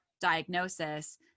diagnosis